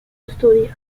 estudios